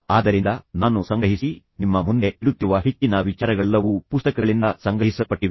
ಆದ್ದರಿಂದ ನಾನು ಸಂಗ್ರಹಿಸಿ ನಿಮ್ಮ ಮುಂದೆ ಇಡುತ್ತಿರುವ ಹೆಚ್ಚಿನ ವಿಚಾರಗಳೆಲ್ಲವೂ ಪುಸ್ತಕಗಳಿಂದ ಸಂಗ್ರಹಿಸಲ್ಪಟ್ಟಿವೆ